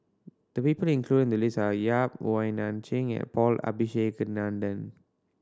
the people included in the list are Yap Wong Nai Chin and Paul Abisheganaden